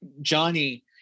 Johnny